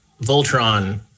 Voltron